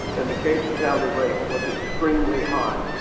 and the case fatality rate was extremely high.